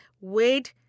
weighed